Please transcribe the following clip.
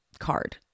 Card